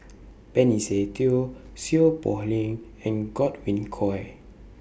Benny Se Teo Seow Poh Leng and Godwin Koay